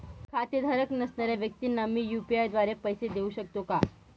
खातेधारक नसणाऱ्या व्यक्तींना मी यू.पी.आय द्वारे पैसे देऊ शकतो का?